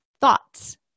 thoughts